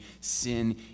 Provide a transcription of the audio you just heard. sin